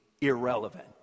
irrelevant